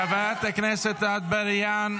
--- חברת הכנסת אטבריאן,